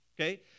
okay